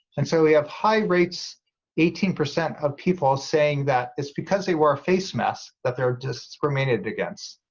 and so we have high rates eighteen percent of people saying that it's because they were our face mask that they're discriminated against.